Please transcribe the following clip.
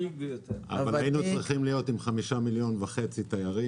-- אבל היינו צריכים להיות עם 5.5 מיליון תיירים.